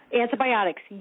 Antibiotics